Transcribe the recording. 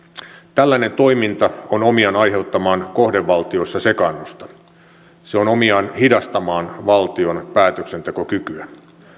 tällainen toiminta on omiaan aiheuttamaan kohdevaltiossa sekaannusta se on omiaan hidastamaan valtion päätöksentekokykyä